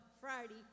Friday